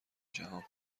جهان